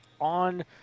on